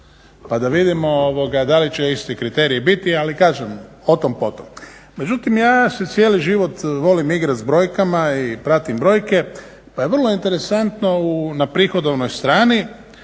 pa da vidimo da li će isti kriteriji biti, ali kažem o tom po tom. Međutim ja se cijeli život volim igrati s brojkama i pratim brojke pa je vrlo interesantno na prihodovnoj strani